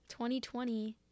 2020